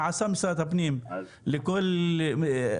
מה עשה משרד הפנים לכל היוקר?